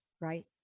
right